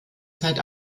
zeit